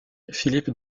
philippe